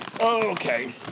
Okay